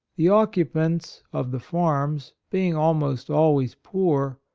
the oc cupants of the farms, being almost always poor,